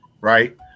right